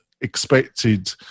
expected